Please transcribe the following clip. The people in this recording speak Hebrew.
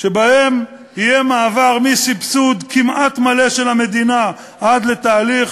שבהן יהיה מעבר מסבסוד כמעט מלא של המדינה עד לתהליך